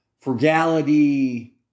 frugality